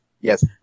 Yes